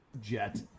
Jet